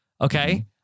okay